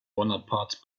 bonaparte